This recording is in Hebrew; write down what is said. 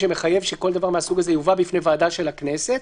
שמחייב שכל דבר מהסוג הזה יובא בפני ועדה של הכנסת.